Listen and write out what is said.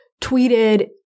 tweeted